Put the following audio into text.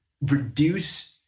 reduce –